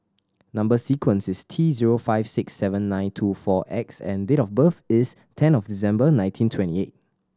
number sequence is T zero five six seven nine two four X and date of birth is ten of December nineteen twenty eight